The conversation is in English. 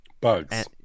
Bugs